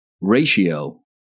ratio